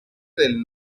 del